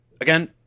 Again